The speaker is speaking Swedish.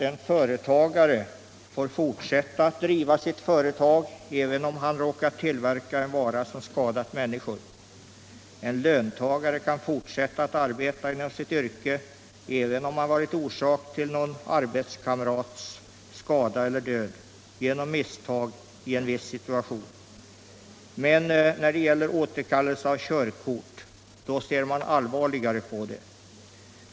En företagare får fortsätta att driva företaget även om han råkar tillverka en vara som skadat människor. En löntagare kan fortsätta att arbeta inom sitt yrke även om han varit orsak till någon arbetskamrats skada eller död genom ett misstag i en viss situation. Men frågan om körkort ser man allvarligare på.